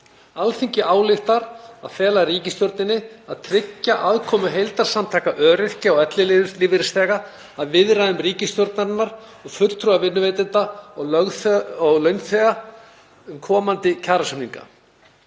„Alþingi ályktar að fela ríkisstjórninni að tryggja aðkomu heildarsamtaka öryrkja og ellilífeyrisþega að viðræðum ríkisstjórnarinnar og fulltrúa vinnuveitenda og launþega um komandi kjarasamninga